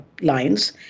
lines